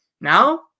Now